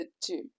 two